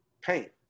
paint